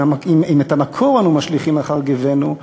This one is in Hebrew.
אם את המקור אנו משליכים אחר גבנו,